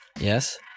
Yes